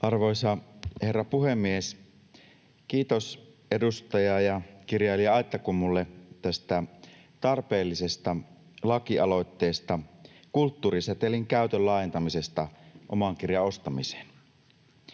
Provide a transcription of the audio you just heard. Arvoisa herra puhemies! Kiitos edustaja ja kirjailija Aittakummulle tästä tarpeellisesta lakialoitteesta kulttuurisetelin käytön laajentamisesta oman kirjan ostamiseen.